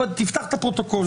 תפתח את הפרוטוקול.